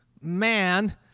man